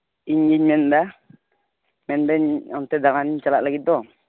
ᱤᱧᱜᱤᱧ ᱢᱮᱱᱫᱟ ᱢᱮᱱᱫᱟᱹᱧ ᱚᱱᱛᱮ ᱫᱟᱬᱟᱱᱤᱧ ᱪᱟᱞᱟᱜ ᱞᱟᱹᱜᱤᱫ ᱫᱚ